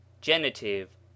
Genitive